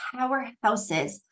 powerhouses